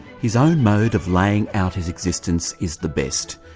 his own mode of laying out his existence is the best,